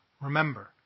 remember